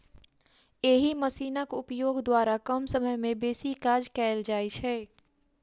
एहि मशीनक उपयोग द्वारा कम समय मे बेसी काज कयल जाइत छै